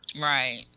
Right